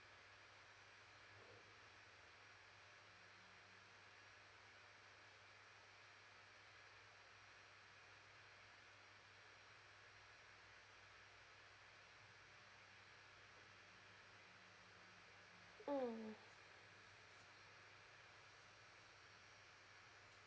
mm